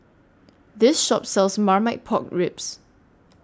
This Shop sells Marmite Pork Ribs